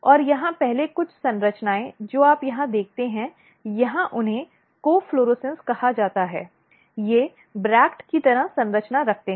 और यहां पहले कुछ संरचनाएं जो आप यहां देखते हैं यहां उन्हें कोफ़्लोरेसेंस कहा जाता है ये ब्रैक्ट की तरह संरचना रखते हैं